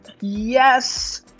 yes